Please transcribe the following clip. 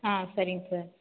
ஆ சரிங்க சார்